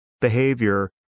behavior